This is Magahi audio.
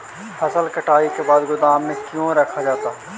फसल कटाई के बाद गोदाम में क्यों रखा जाता है?